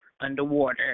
underwater